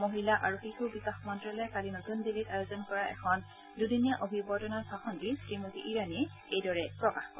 মহিলা আৰু শিশু বিকাশ মন্ত্যালয়ে কালি নতুন দিল্লীত আয়োজন কৰা এখন দুদিনীয়া অভিৱৰ্তনত ভাষণ দি শ্ৰীমতী ইৰাণীয়ে এইদৰে প্ৰকাশ কৰে